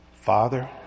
Father